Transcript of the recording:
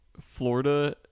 Florida